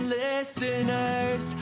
listeners